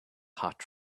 hot